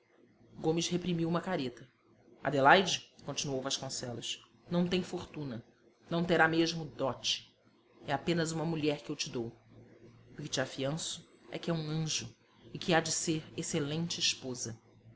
gomes reprimiu uma careta adelaide continuou vasconcelos não tem fortuna não terá mesmo dote é apenas uma mulher que eu te dou o que te afianço é que é um anjo e que há de ser excelente esposa